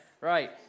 Right